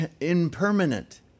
impermanent